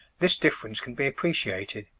this difference can be appreciated.